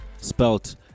spelt